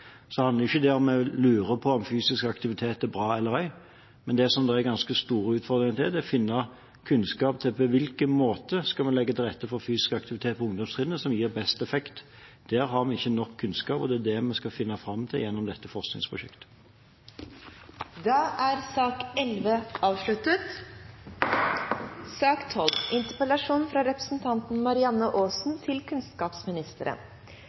ganske store utfordringer på, er å finne kunnskap om på hvilken måte vi skal legge til rette for fysisk aktivitet på ungdomstrinnet, slik at det gir best effekt. Der har vi ikke nok kunnskap, og det er det vi skal finne fram til gjennom dette forskningsprosjektet. Da er interpellasjonsdebatten avsluttet.